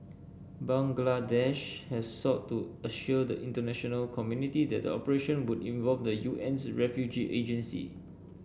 Bangladesh has sought to assure the international community that the operation would involve the UN's refugee agency